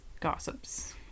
gossips